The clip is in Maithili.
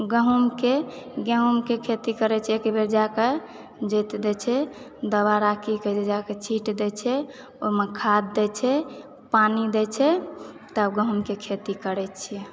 गहूॅंम के गेहूँ के खेती करै छियै एक बेर जाकऽ जोइत दै छै दुबारा की करि जाकऽ छीट दै छै ओहि मे खाद दै छै पानी दै छै तब गहूॅंम के खेती करै छियै